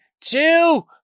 two